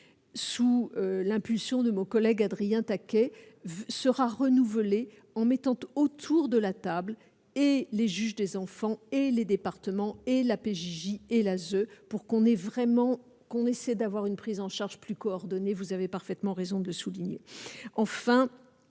sous l'impulsion de mon collègue Adrien taquet sera renouvelé en mettant autour de la table et les juges des enfants et les départements et la PJJ et là, The pour qu'on ait vraiment qu'on essaie d'avoir une prise en charge plus coordonnées, vous avez parfaitement raison de souligner